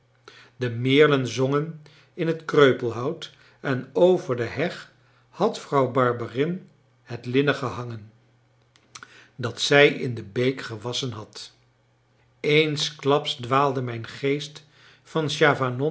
de meerlen zongen in het kreupelhout en over de heg had vrouw barberin het linnen gehangen dat zij in de beek gewasschen had eensklaps dwaalde mijn geest van